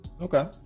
Okay